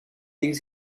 des